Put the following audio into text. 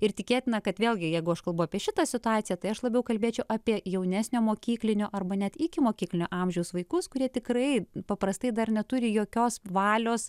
ir tikėtina kad vėlgi jeigu aš kalbu apie šitą situaciją tai aš labiau kalbėčiau apie jaunesnio mokyklinio arba net ikimokyklinio amžiaus vaikus kurie tikrai paprastai dar neturi jokios valios